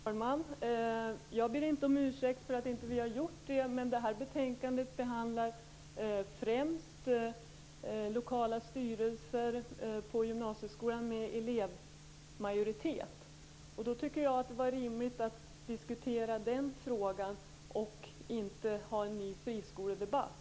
Herr talman! Jag ber inte om ursäkt för att vi inte har gjort det. I det här betänkandet behandlas främst lokala styrelser med elevmajoritet i gymnasieskolan. Jag tyckte att det var rimligt att diskutera den frågan, inte att nu ta upp en ny friskoledebatt.